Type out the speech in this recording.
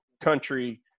country